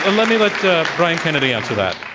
and let me let brian kennedy answer that.